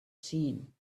seen